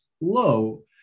low